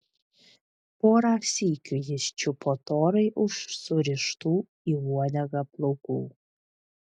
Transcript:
porą sykių jis čiupo torai už surištų į uodegą plaukų